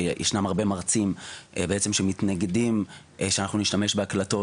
שישנם הרבה מרצים בעצם שמתנגדים שאנחנו נשתמש בהקלטות